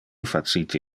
facite